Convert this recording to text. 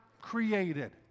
created